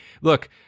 look